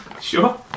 Sure